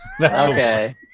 Okay